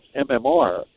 MMR